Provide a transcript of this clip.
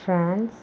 France